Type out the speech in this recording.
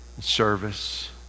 service